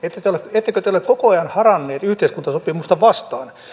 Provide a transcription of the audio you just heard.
ettekö te ole koko ajan haranneet yhteiskuntasopimusta vastaan